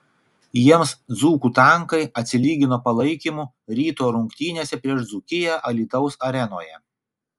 jiems dzūkų tankai atsilygino palaikymu ryto rungtynėse prieš dzūkiją alytaus arenoje